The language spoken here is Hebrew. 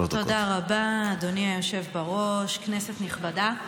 כנסת נכבדה,